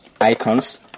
icons